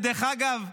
ודרך אגב,